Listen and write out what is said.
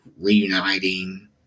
reuniting